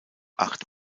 acht